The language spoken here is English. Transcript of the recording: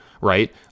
right